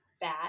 Bad